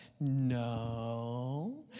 No